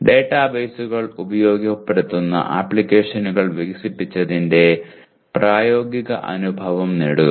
ഡാറ്റാബേസുകൾ ഉപയോഗപ്പെടുത്തുന്ന ആപ്ലിക്കേഷനുകൾ വികസിപ്പിച്ചതിന്റെ പ്രായോഗിക അനുഭവം നേടുക